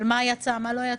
מה יצא ומה לא יצא.